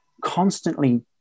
constantly